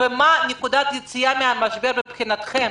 מה נקודת היציאה מן המשבר מבחינתכם?